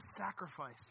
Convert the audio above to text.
sacrifice